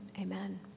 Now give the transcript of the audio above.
Amen